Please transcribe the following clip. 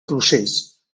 procés